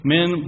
Men